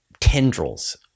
tendrils